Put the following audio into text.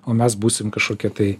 o mes būsim kažkokie tai